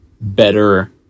better